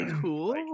cool